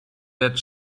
that